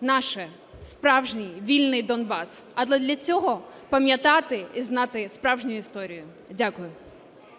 наш справжній вільний Донбас, але для цього пам'ятати і знати справжню історію. Дякую.